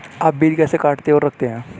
आप बीज कैसे काटते और रखते हैं?